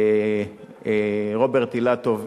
רוברט אילטוב,